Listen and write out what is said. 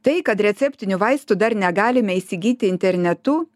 tai kad receptinių vaistų dar negalime įsigyti internetu